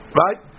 right